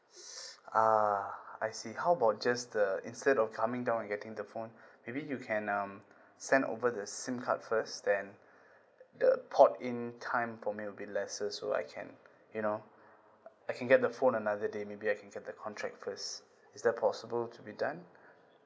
ah I see how about just the instead of coming down and getting the phone maybe you can um send over the SIM card first then the pot in time for me will be lesser so I can you know I can get the phone another day maybe I can get the contract first is that possible to be done